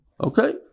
Okay